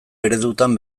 eredutan